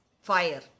fire